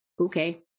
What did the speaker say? okay